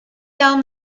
down